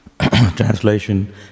translation